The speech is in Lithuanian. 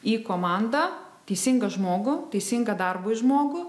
į komandą teisingą žmogų teisingą darbui žmogų